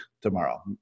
tomorrow